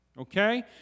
Okay